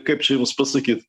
kaip čia jums pasakyt